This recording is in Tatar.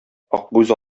акбүз